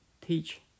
teach